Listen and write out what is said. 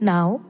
Now